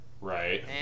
Right